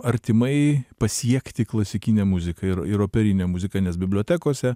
artimai pasiekti klasikinę muziką ir ir operinę muziką nes bibliotekose